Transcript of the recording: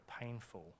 painful